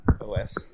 os